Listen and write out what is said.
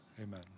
Amen